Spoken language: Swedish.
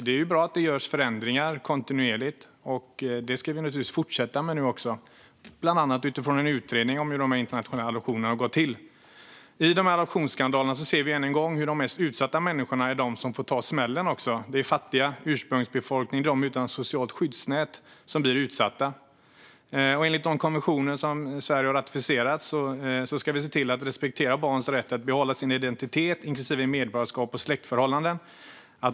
Det är bra att det görs förändringar kontinuerligt, och det ska vi givetvis fortsätta med, bland annat utifrån en utredning om hur de internationella adoptionerna har gått till. I adoptionsskandalerna ser vi ännu en gång hur de mest utsatta människorna har fått ta smällen. Det är fattiga, ursprungsbefolkning och de utan ett socialt skyddsnät som blir utsatta. Enligt de konventioner Sverige har ratificerat ska vi respektera barnets rätt att behålla sin identitet, inklusive medborgarskap och släktförhållanden.